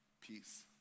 peace